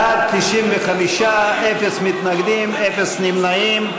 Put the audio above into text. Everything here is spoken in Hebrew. ההצעה להעביר את הצעת חוק התפזרות הכנסת העשרים,